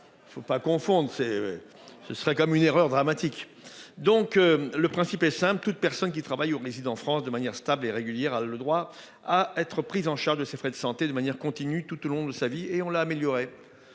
de la refondation, ce serait une erreur dramatique. Le principe en est simple : toute personne qui travaille ou réside en France de manière stable et régulière a le droit à une prise en charge de ses frais de santé de manière continue, tout au long de sa vie. Nous avons amélioré